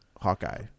Hawkeye